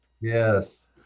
Yes